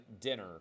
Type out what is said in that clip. dinner